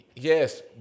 Yes